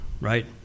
right